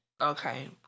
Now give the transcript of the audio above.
Okay